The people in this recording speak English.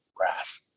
wrath